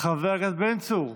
חבר הכנסת בן צור,